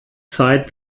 zeit